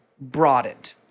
broadened